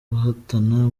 bahatana